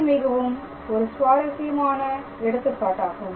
இது மிகவும் ஒரு சுவாரசியமான எடுத்துக்காட்டாகும்